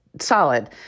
Solid